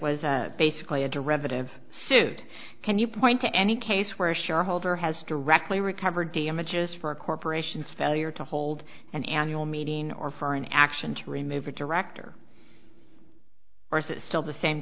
was basically a derivative suit can you point to any case where a shareholder has directly recover damages for a corporation style you're to hold an annual meeting or for an action to remove a director or is it still the same